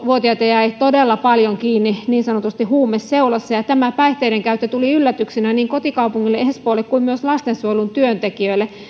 vuotiaita jäi todella paljon kiinni niin sanotusti huumeseulassa ja tämä päihteidenkäyttö tuli yllätyksenä niin kotikaupungilleni espoolle kuin myös lastensuojelun työntekijöille